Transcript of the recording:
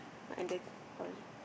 on the sorry